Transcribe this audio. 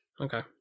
Okay